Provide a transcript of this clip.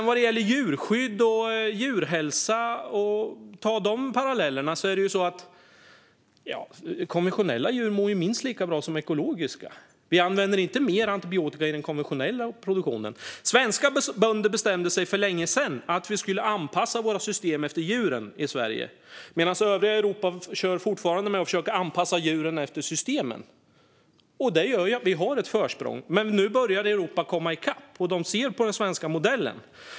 Vad gäller djurskydd och djurhälsa är det så att konventionella djur mår minst lika bra som ekologiska. Vi använder inte mer antibiotika i den konventionella produktionen. Svenska bönder bestämde för länge sedan att vi i Sverige skulle anpassa våra system efter djuren, medan övriga Europa fortfarande försöker anpassa djuren efter systemen. Det gör att vi har ett försprång, men nu börjar Europa komma i kapp. De ser på den svenska modellen.